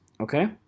okay